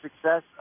success